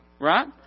Right